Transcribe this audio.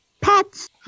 pets